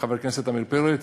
חבר הכנסת עמיר פרץ,